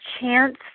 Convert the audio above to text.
chance